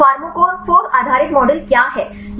pharmacophore आधारित model क्या है